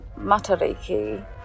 Matariki